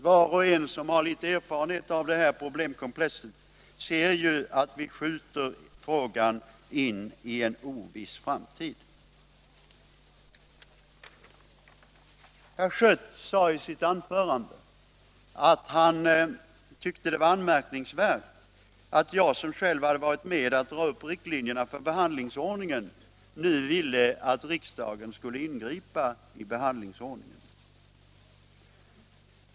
Var och en som har litet erfarenhet av det här problemkomplexet ser ju att vi skjuter frågan in i en oviss framtid. Herr Schött sade i sitt anförande att han tyckte det var anmärkningsvärt att jag, som själv hade varit med om att dra upp riktlinjerna för behandlingsordningen, nu ville att riksdagen skulle ingripa i denna.